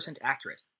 accurate